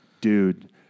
dude